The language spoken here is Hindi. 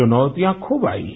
चुनौतियाँ खूब आईं